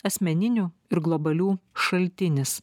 asmeninių ir globalių šaltinis